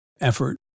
effort